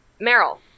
Meryl